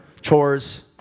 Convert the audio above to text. chores